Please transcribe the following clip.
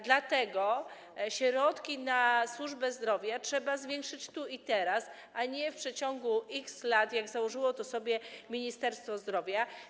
Dlatego środki na służbę zdrowia trzeba zwiększyć tu i teraz, a nie w przeciągu x lat, jak założyło to sobie Ministerstwo Zdrowia.